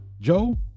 Joe